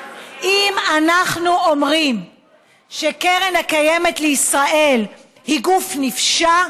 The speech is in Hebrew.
אם אנחנו אומרים שקרן קיימת לישראל היא גוף נפשע,